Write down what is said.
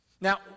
Now